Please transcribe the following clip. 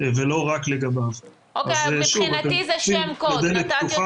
אבל גם תתעלם